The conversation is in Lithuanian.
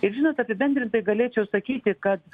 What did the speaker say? ir žinot apibendrintai galėčiau sakyti kad